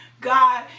God